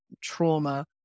trauma